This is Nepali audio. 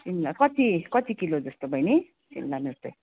तिमीलाई कति कति किलो जस्तो बहिनी लानु चाहिँ